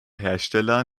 hersteller